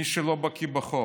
רק מי שלא בקיא בחוק.